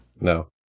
No